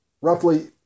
Roughly